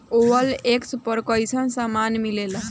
OLX पर कइसन सामान मीलेला?